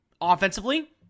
Offensively